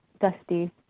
dusty